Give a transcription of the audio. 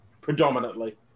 predominantly